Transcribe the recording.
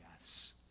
yes